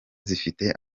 zifite